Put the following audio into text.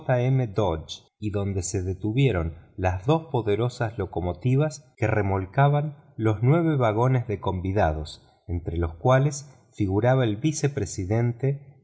dodge y donde se detuvieron las dos poderosas locomotoras que remolcaban los nuevos vagones de convidados entre los cuales figuraba el vicepresidente